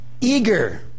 eager